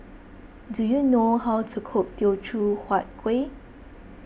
do you know how to cook Teochew Huat Kuih